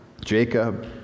Jacob